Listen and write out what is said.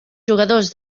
jugadors